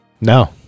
no